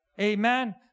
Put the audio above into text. Amen